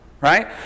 right